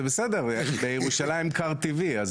זה בסדר, בירושלים קרטיבי.